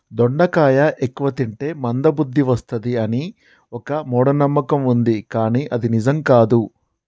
దొండకాయ ఎక్కువ తింటే మంద బుద్ది వస్తది అని ఒక మూఢ నమ్మకం వుంది కానీ అది నిజం కాదు